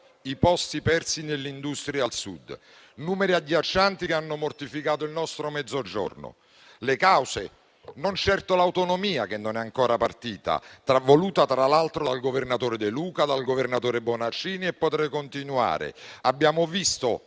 Grazie a tutti